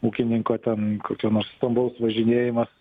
ūkininko ten kokio nors stambaus važinėjimas